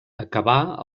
acabà